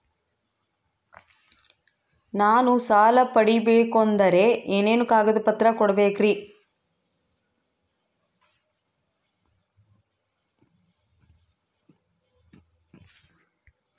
ನಾನು ಸಾಲ ಪಡಕೋಬೇಕಂದರೆ ಏನೇನು ಕಾಗದ ಪತ್ರ ಕೋಡಬೇಕ್ರಿ?